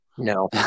No